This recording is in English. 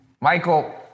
Michael